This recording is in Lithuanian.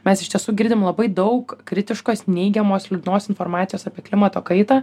mes iš tiesų girdim labai daug kritiškos neigiamos liūdnos informacijos apie klimato kaitą